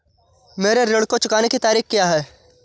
मेरे ऋण को चुकाने की तारीख़ क्या है?